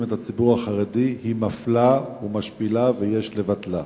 את הציבור החרדי היא מפלה ומשפילה ויש לבטלה.